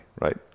right